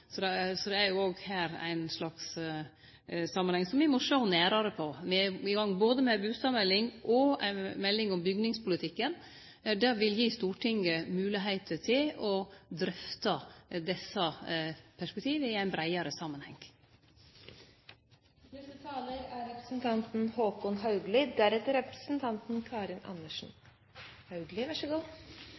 så her er det ein slags samanheng som me må sjå nærare på. Me er i gang både med bustadmeldinga og ei melding om bygningspolitikken. Det vil gi Stortinget moglegheit til å drøfte desse perspektiva i ein breiare samanheng. Det var representanten